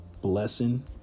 blessing